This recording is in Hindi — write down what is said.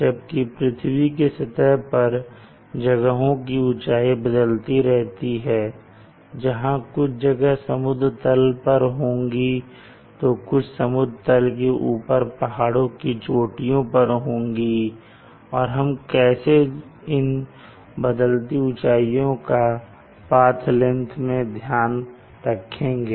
जबकि पृथ्वी की सतह पर जगहों की ऊंचाई बदलती रहती है जहां कुछ जगह समुद्र तल पर होंगी तो कुछ समुद्र तल से ऊपर पहाड़ों की चोटियों पर होंगी और हम कैसे इन बदलती ऊँचाइयों का पाथ लेंगथ मैं ध्यान रखेंगे